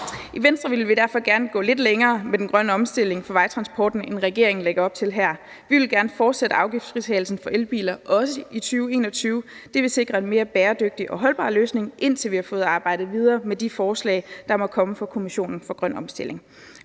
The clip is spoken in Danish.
I Venstre vil derfor gerne gå lidt længere med den grønne omstilling af vejtransporten, end regeringen lægger op til her. Vi vil gerne fortsætte afgiftsfritagelsen for elbiler også i 2021 – det ville sikre en mere bæredygtig og holdbar løsning, indtil vi har fået arbejde videre med de forslag, der måtte komme fra Kommissionen for grøn omstilling